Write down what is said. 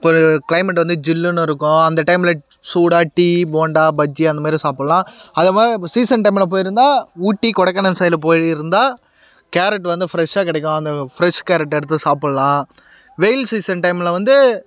ஒரு கிளைமேட் வந்து ஜில்லுனு இருக்கும் அந்த டைம்ல சூடாக டீ போண்டா பஜ்ஜி அந்தமாதிரி சாப்புடல்லாம் அதுபோக இப்போ சீசன் டைம்ல போயிருந்தால் ஊட்டி கொடைக்கானல் சைடில் போயிருந்தால் கேரட் வந்து ஃப்ரெஷ்ஷாக கிடைக்கும் அந்த ஃப்ரெஷ் கேரட் எடுத்து சாப்புடல்லாம் வெயில் சீசன் டைம்ல வந்து